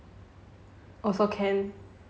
also can